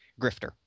Grifter